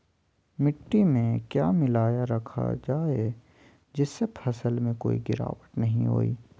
मिट्टी में क्या मिलाया रखा जाए जिससे फसल में कोई गिरावट नहीं होई?